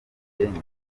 wenyine